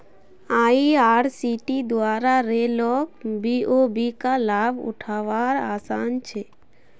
IRCTC द्वारा rail लोक बी.ओ.बी का लाभ उठा वार आसान छे